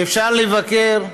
ואפשר לבקר,